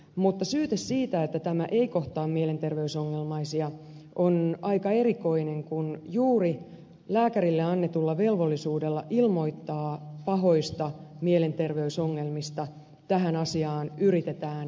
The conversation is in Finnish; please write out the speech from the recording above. mutta syyte siitä että tämä ei kohtaa mielenterveysongelmaisia on aika erikoinen kun juuri lääkärille annetulla velvollisuudella ilmoittaa pahoista mielenterveysongelmista tähän asiaan yritetään puuttua